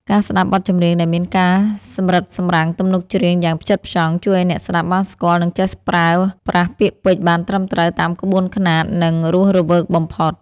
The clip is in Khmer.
ការស្ដាប់បទចម្រៀងដែលមានការសម្រិតសម្រាំងទំនុកច្រៀងយ៉ាងផ្ចិតផ្ចង់ ជួយឱ្យអ្នកស្ដាប់បានស្គាល់ និងចេះប្រើប្រាស់ពាក្យពេចន៍បានត្រឹមត្រូវតាមក្បួនខ្នាត និងរស់រវើកបំផុត។